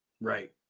Right